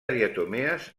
diatomees